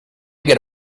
get